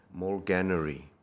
Morganery